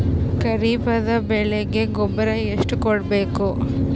ಖರೀಪದ ಬೆಳೆಗೆ ಗೊಬ್ಬರ ಎಷ್ಟು ಕೂಡಬೇಕು?